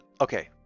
okay